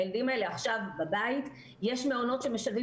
הילדים האלה עכשיו בבית; יש מעונות שמשלבים